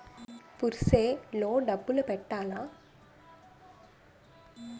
Purse లో డబ్బులు పెట్టలా?